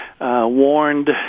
warned